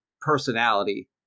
personality